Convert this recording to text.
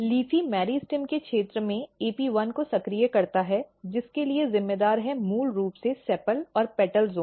LEAFY meristem के क्षेत्र में AP1 को सक्रिय करता है जिसके लिए जिम्मेदार है मूल रूप से सेपल और पेटल ज़ोन